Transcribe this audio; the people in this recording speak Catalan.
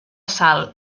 sal